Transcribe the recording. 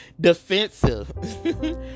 defensive